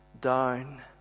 down